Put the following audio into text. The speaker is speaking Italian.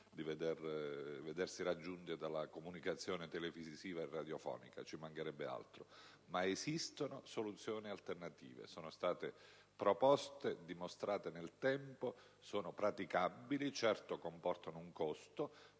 di vedersi raggiunti dalla comunicazione televisiva e radiofonica, ci mancherebbe altro: ma esistono soluzioni alternative, sono state proposte e dimostrate nel tempo, sono praticabili. Certo, comportano un costo;